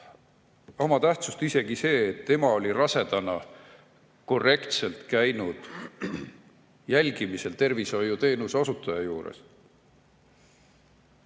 oma tähtsust isegi see, et ema oli rasedana korrektselt käinud jälgimisel tervishoiuteenuse osutaja juures.